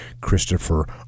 Christopher